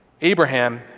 Abraham